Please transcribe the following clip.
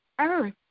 earth